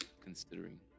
considering